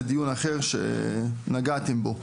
זה דיון אחר שנגעתם בו.